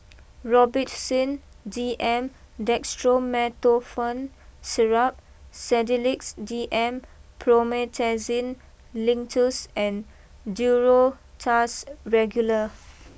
Robitussin D M Dextromethorphan Syrup Sedilix D M Promethazine Linctus and Duro Tuss Regular